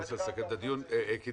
אני רוצה לסכם את הדיון כדלקמן.